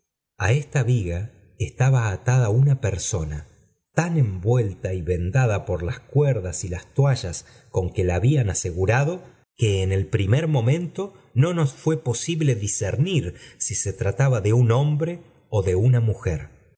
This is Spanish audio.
a esta tal tenía estaba atada una persona tan envuelta por las cuerdas y las toadas con que la habían aso gura do que en el primer momento nonos fuá posible discernir si se trataba de un hombre ó de upa mujer